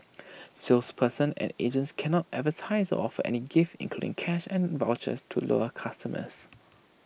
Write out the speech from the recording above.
salespersons and agents cannot advertise of any gifts including cash and vouchers to lure customers